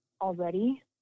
already